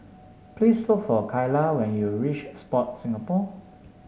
please look for Kyla when you reach Sport Singapore